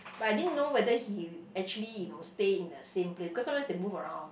but I didn't know whether he actually you know stay in the same place because sometimes they move around